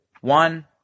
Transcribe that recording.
one